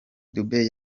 dube